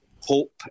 hope